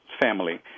family